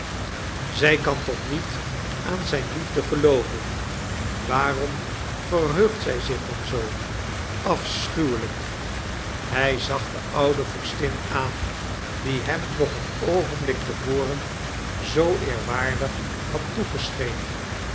zij kan toch niet aan zijn liefde gelooven waarom verheugt zij zich dan zoo afschuwelijk hij zag de oude vorstin aan die hem nog een oogenblik te voren zoo eerwaardig had